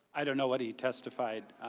i don't know what he testified.